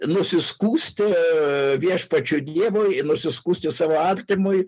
nusiskųsti viešpačiui dievui nusiskųsti savo artimui